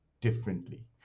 differently